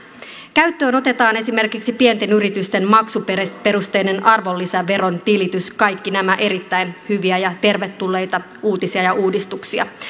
käyttöön otetaan esimerkiksi pienten yritysten maksuperusteinen arvonlisäveron tilitys kaikki nämä erittäin hyviä ja tervetulleita uutisia ja uudistuksia